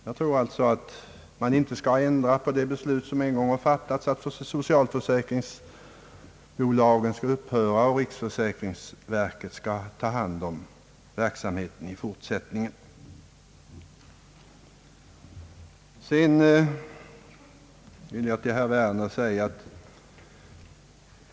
Jag tror alltså inte att man skall ändra på det beslut som en gång har fattats, att socialförsäkringsbolagen skall upphöra och riksförsäkringsverket skall ta hand om hela verksamheten i fortsättningen.